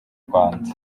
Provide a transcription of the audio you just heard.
rwanda